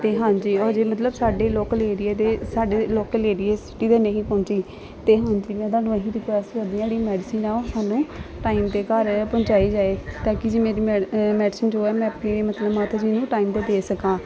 ਅਤੇ ਹਾਂਜੀ ਅਜੇ ਮਤਲਬ ਸਾਡੇ ਲੋਕਲ ਏਰੀਏ ਦੇ ਸਾਡੇ ਲੋਕਲ ਏਰੀਏ ਸਿਟੀ ਦੇ ਨਹੀਂ ਪਹੁੰਚੀ ਅਤੇ ਹੁਣ ਜਿਵੇਂ ਤੁਹਾਨੂੰ ਅਸੀਂ ਰਿਕੁਐਸਟ ਕਰਦੇ ਹਾਂ ਜਿਹੜੀ ਮੈਡੀਸਨ ਆ ਉਹ ਸਾਨੂੰ ਟਾਈਮ 'ਤੇ ਘਰ ਪਹੁੰਚਾਈ ਜਾਵੇ ਤਾਂ ਕਿ ਜੇ ਮੇਰੀ ਮ ਮੈਡੀਸਨ ਜੋ ਹੈ ਮੈਂ ਆਪਣੀ ਮਤਲਬ ਮਾਤਾ ਜੀ ਨੂੰ ਟਾਈਮ 'ਤੇ ਦੇ ਸਕਾਂ